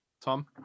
tom